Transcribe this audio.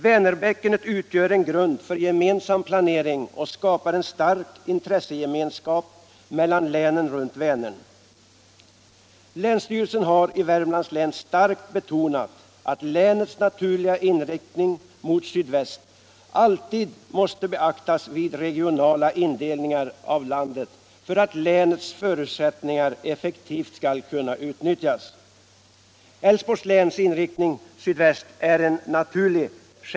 Vänerbäckenet utgör en grund för gemensam planering och skapar en stark intressegemenskap mellan länen runt Vänern. Länsstyrelsen i Värmlands län har starkt betonat att landets naturliga inriktning mot sydväst alltid måste beaktas vid regionala indelningar av landet för att länets förutsättningar effektivt skall kunna utnyttjas. Älvsborgs läns inriktning mot sydväst är en självklarhet.